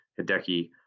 hideki